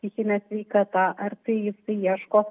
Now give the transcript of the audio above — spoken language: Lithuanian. psichinė sveikata ar tai jisai ieško